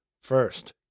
First